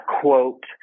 quote